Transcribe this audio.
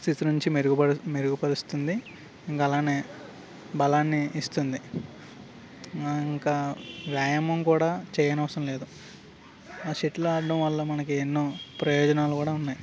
స్థితి నుంచి మెరుగుపరుస్తుంది ఇంకా అలానే బలాన్ని ఇస్తుంది ఇంకా వ్యాయామం కూడా చేయనవసరం లేదు ఆ షటిల్ ఆడడం వల్ల మనకి ఎన్నో ప్రయోజనాలు కూడా ఉన్నాయి